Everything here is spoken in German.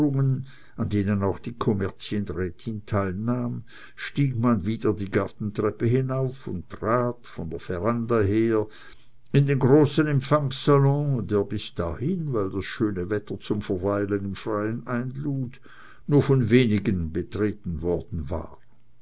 an denen auch die kommerzienrätin teilnahm stieg man wieder die gartentreppe hinauf und trat von der veranda her in den großen empfangssalon ein der bis dahin weil das schöne wetter zum verweilen im freien einlud nur von wenigen betreten worden war